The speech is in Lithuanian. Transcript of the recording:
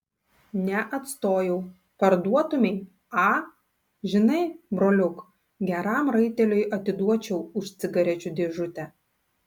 neatstojau parduotumei a žinai broliuk geram raiteliui atiduočiau už cigarečių dėžutę